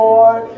Lord